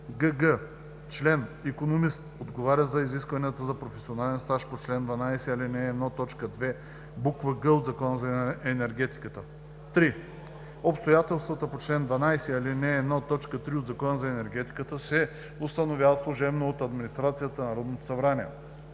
гг) член – икономист, отговаря на изискването за професионален стаж по чл. 12, ал. 1, т. 2, буква „г“ от Закона за енергетиката. 3. Обстоятелствата по чл. 12, ал. 1, т. 3 от Закона за енергетиката се установяват служебно от администрацията на Народно събрание.